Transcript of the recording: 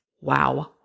Wow